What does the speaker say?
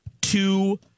two